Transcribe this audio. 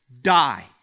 die